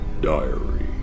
Diary